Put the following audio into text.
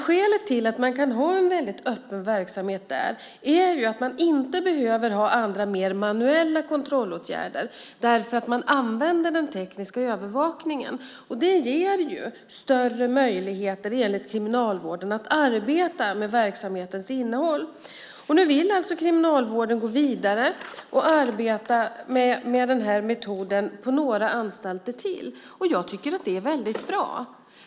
Skälet till att man kan ha en väldigt öppen verksamhet där är att man inte behöver ha andra mer manuella kontrollåtgärder därför att man använder den tekniska övervakningen. Det ger enligt Kriminalvården större möjligheter att arbeta med verksamhetens innehåll. Nu vill Kriminalvården gå vidare och arbeta med metoden på några anstalter till. Jag tycker att det är väldigt bra.